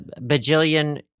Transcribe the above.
bajillion